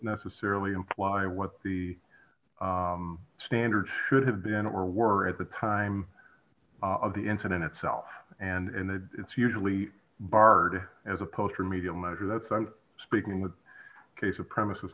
necessarily imply what the standard should have been or were at the time of the incident itself and in the it's usually barred as a post remedial measure that's i'm speaking with a case of premises